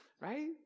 Right